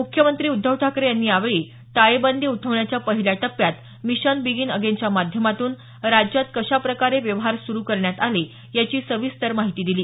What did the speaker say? मुख्यमंत्री उद्धव ठाकरे यांनी यावेळी टाळेबंदी उठवण्याच्या पहिल्या टप्प्यात मिशन बिगिन अगेनच्या माध्यमातून राज्यात कशा प्रकारे व्यवहार सुरु करण्यात आले याची सविस्तर माहिती दिली